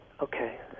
Okay